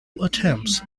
attempts